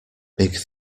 big